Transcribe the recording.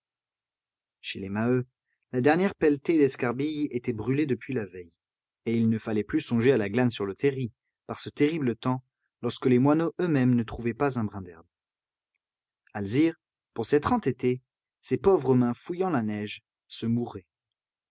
chez les maheu la dernière pelletée d'escarbilles était brûlée depuis la veille et il ne fallait plus songer à la glane sur le terri par ce terrible temps lorsque les moineaux eux-mêmes ne trouvaient pas un brin d'herbe alzire pour s'être entêtée ses pauvres mains fouillant la neige se mourait